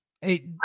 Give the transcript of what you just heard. hey